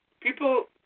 People